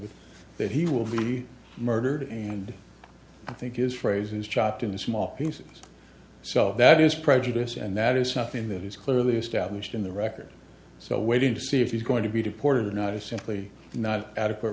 vit that he will be murdered and i think is phrases chopped into small pieces so that is prejudice and that is something that is clearly established in the record so waiting to see if he's going to be deported or not is simply not adequate